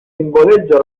simboleggia